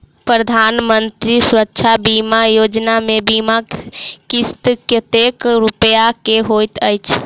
प्रधानमंत्री सुरक्षा बीमा योजना मे बीमा किस्त कतेक रूपया केँ होइत अछि?